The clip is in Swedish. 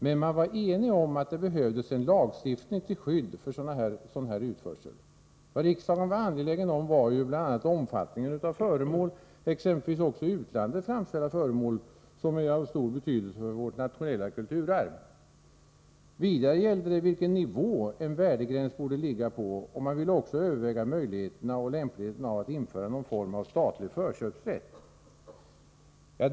Men man var enig om att det behövdes en lagstiftning till skydd för sådan här utförsel. Vad riksdagen var angelägen om var bl.a. att få reda på omfattningen av föremål —även i utlandet framställda föremål — som är av betydelse för vårt nationella kulturarv. Vidare gällde frågan vilken nivå en värdegräns borde ligga på. Man ville också överväga möjligheterna och lämpligheten av att införa någon form av statlig förköpsrätt.